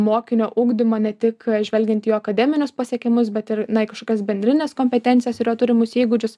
mokinio ugdymą ne tik žvelgiant į jo akademinius pasiekimus bet ir na į kažkias bendrines kompetencijas ir jo turimus įgūdžius